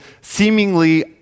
seemingly